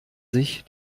sich